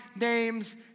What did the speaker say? name's